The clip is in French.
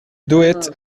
dohette